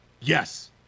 Yes